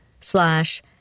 slash